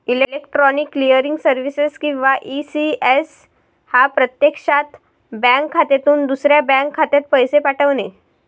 electronic clearing services किंवा ECS हा प्रत्यक्षात बँक खात्यातून दुसऱ्या बँक खात्यात पैसे पाठवणे